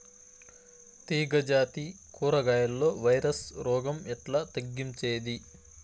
తీగ జాతి కూరగాయల్లో వైరస్ రోగం ఎట్లా తగ్గించేది?